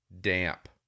damp